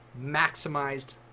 maximized